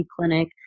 clinic